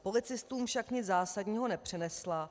Policistům však nic zásadního nepřinesla.